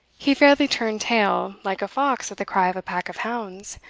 he fairly turned tail, like a fox at the cry of a pack of hounds,